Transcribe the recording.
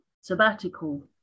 sabbatical